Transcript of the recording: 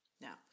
Now